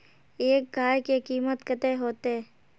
एक गाय के कीमत कते होते?